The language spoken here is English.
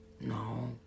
No